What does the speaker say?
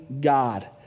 God